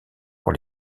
pour